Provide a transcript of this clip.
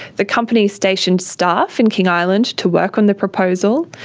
the company stationed staff in king island to work on the proposal,